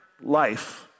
life